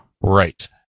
Right